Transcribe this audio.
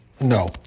No